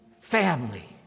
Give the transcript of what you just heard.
family